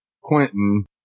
Quentin